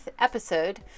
episode